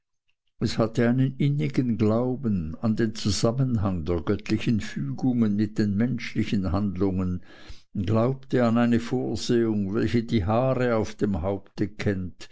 es hatte einen innigen glauben an den zusammenhang der göttlichen fügungen mit den menschlichen handlungen glaubte an eine vorsehung welche die haare auf dem haupte kennt